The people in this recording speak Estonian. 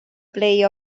play